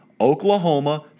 Oklahoma